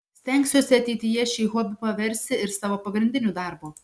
stengsiuosi ateityje šį hobį paversi ir savo pagrindiniu darbu